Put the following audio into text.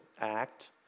act